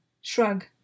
shrug